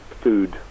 food